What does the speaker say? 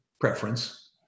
preference